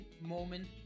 moment